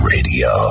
Radio